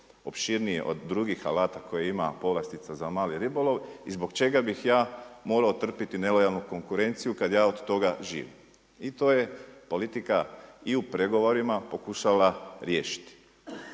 opširniji od drugih alata koje ima povlastica za mali ribolov i zbog čega bih ja morao trpiti nelojalnu konkurenciju kada ja od toga živim i to je politika i u pregovorima pokušala riješiti.